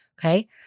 Okay